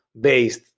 based